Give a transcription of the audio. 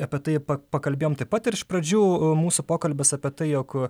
apie tai pakalbėjom taip pat ir iš pradžių mūsų pokalbis apie tai jog